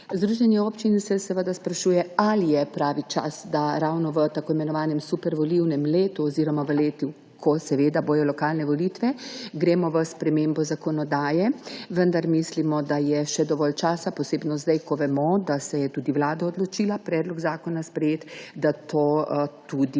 Združenje občin se seveda sprašuje, ali je pravi čas, da gremo ravno v tako imenovanem super volilnem letu oziroma v letu, ko bodo lokalne volitve, v spremembo zakonodaje. Vendar mislimo, da je še dovolj časa, posebno zdaj ko vemo, da se je tudi Vlada odločila predlog zakona sprejeti, da to tudi